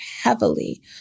heavily